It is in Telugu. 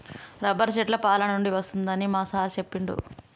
రబ్బరు చెట్ల పాలనుండి వస్తదని మా సారు చెప్పిండు